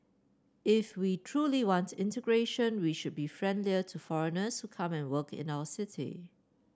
if we truly want integration we should be friendlier to foreigners who come and work in our city